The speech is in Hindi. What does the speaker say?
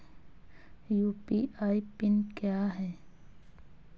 यू.पी.आई पिन क्या है?